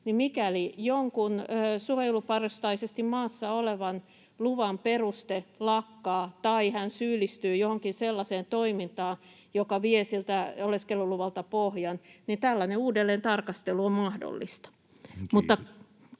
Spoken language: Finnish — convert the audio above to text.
mikäli jonkun suojeluperustaisesti maassa olevan luvan peruste lakkaa tai hän syyllistyy johonkin sellaiseen toimintaan, joka vie siltä oleskeluluvalta pohjan, tällainen uudelleentarkastelu on mahdollista. [Speech